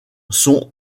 sont